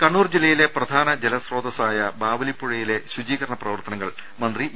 കണ്ണൂർ ജില്ലയിലെ പ്രധാന ജലസ്രോതസ്സായ ബാവലിപ്പുഴയിലെ ശുചീകരണ പ്രവർത്തനങ്ങൾ മന്ത്രി ഇ